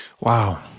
Wow